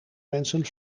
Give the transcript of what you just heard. mensen